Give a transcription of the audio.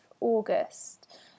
August